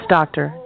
Doctor